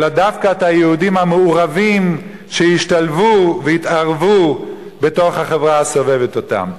אלא דווקא את היהודים המעורבים שהשתלבו והתערבו בתוך החברה הסובבת אותם.